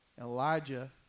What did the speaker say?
Elijah